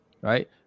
Right